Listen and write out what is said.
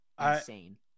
insane